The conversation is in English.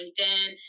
LinkedIn